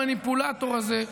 המניפולטור הזה,